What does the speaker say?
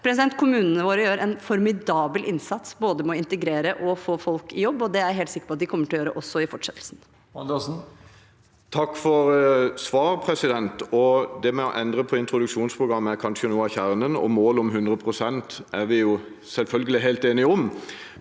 arbeid? Kommunene våre gjør en formidabel innsats, både med å integrere og å få folk i jobb, og det er jeg helt sikker på at de kommer til å gjøre også i fortsettelsen. Alf Erik Bergstøl Andersen (FrP) Takk for svar. Det med å endre på introduksjonsprogrammet er kanskje noe av kjernen, og målet om 100 pst. er vi selvfølgelig helt enige om.